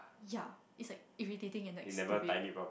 ya it's like irritating and like stupid